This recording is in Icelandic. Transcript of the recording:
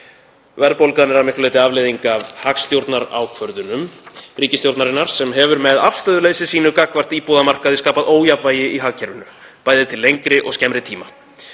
Verðbólgan er að miklu leyti til afleiðing af hagstjórnarákvörðunum ríkisstjórnarinnar sem hefur með afstöðuleysi sínu gagnvart íbúðamarkaði skapað ójafnvægi í hagkerfinu, bæði til lengri og skemmri tíma.